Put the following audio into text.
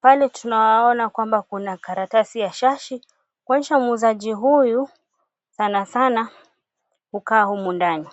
Pale tunaona kwamba kuna karatasi ya shashi kuonyesha muuzaji huyu sanasana hukaa humu ndani.